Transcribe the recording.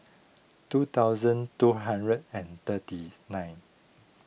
two thousand two hundred and thirty nine